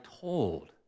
told